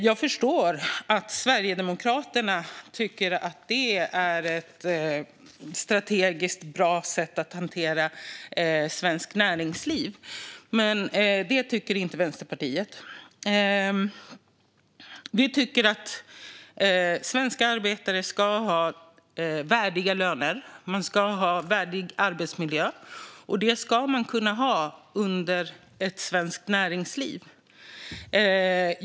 Jag förstår att Sverigedemokraterna tycker att det är ett strategiskt bra sätt att hantera svenskt näringsliv, men det tycker inte Vänsterpartiet. Vi tycker att svenska arbetare ska ha värdiga löner och en värdig arbetsmiljö. Det ska man kunna ha i ett svenskt näringsliv.